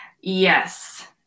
Yes